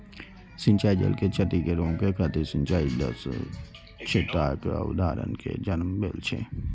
सिंचाइ जल के क्षति कें रोकै खातिर सिंचाइ दक्षताक अवधारणा के जन्म भेल रहै